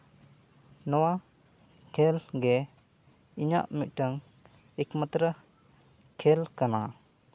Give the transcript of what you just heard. ᱱᱚᱣᱟ ᱠᱷᱮᱞ ᱜᱮ ᱤᱧᱟᱹᱜ ᱢᱤᱫᱴᱟᱝ ᱮᱹᱠᱢᱟᱛᱨᱚ ᱠᱷᱮᱞ ᱠᱟᱱᱟ